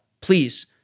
please